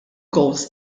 gowls